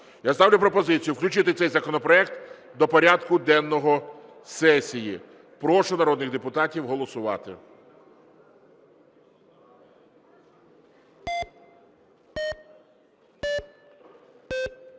Я ставлю пропозицію включити цей законопроект до порядку денного сесії. Прошу народних депутатів голосувати.